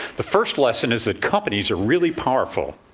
the first lesson is that companies are really powerful,